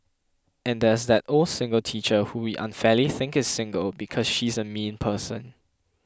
and there's that old single teacher who we unfairly think is single because she's a mean person